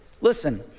Listen